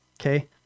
okay